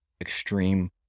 extreme